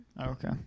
Okay